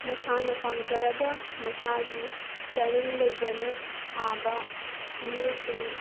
ꯃꯁꯥꯅ ꯄꯥꯝꯖꯔꯒ ꯃꯁꯥꯒꯤ ꯇꯦꯂꯦꯟ ꯂꯩꯖꯅ ꯁꯥꯕ ꯃꯤꯑꯣꯏꯁꯤꯡ